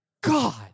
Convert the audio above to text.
God